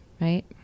right